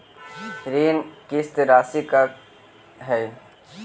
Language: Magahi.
ऋण किस्त रासि का हई?